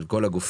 של כל הגופים.